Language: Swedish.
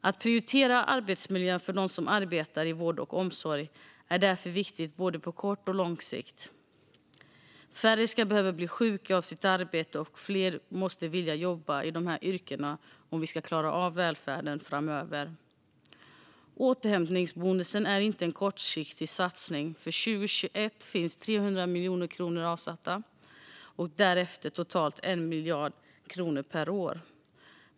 Att prioritera arbetsmiljön för dem som arbetar i vård och omsorg är därför viktigt på både kort och lång sikt. Färre ska behöva bli sjuka av sitt arbete och fler måste vilja jobba i dessa yrken om vi ska klara av välfärden framöver. Återhämtningsbonusen är inte en kortsiktig satsning. För 2021 finns 300 miljoner kronor avsatta och därefter totalt 1 miljard kronor per år.